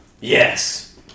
yes